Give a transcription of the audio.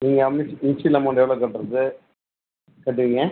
நீங்கள் வந்து initial amount வ எவ்வளோ கட்டுறது கட்டுவிங்க